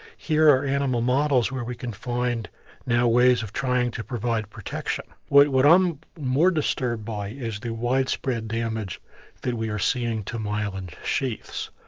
here are animal models where we can find now ways of trying to provide protection. what what i'm more disturbed by is the widespread damage that we are seeing to myelin sheaths.